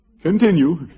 Continue